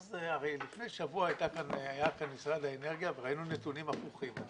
לפני שבוע היה כאן משרד האנרגיה וראינו נתונים הפוכים.